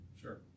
sure